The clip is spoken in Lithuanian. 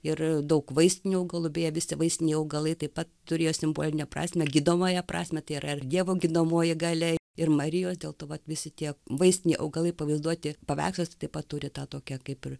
ir daug vaistinių augalų beje visi vaistiniai augalai taip pat turėjo simbolinę prasmę gydomąją prasmę tai yra ir dievo gydomoji galia ir marijos dėl to vat visi tie vaistiniai augalai pavaizduoti paveiksluose taip pat turi tą tokią kaip ir